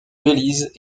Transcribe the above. belize